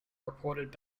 reported